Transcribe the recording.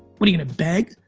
what, are you gonna beg?